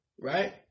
Right